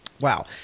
Wow